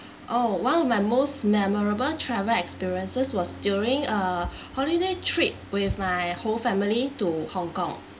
oh well my most memorable travel experiences was during a holiday trip with my whole family to hong kong